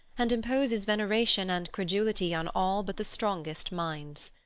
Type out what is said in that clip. and imposes veneration and credulity on all but the strongest minds.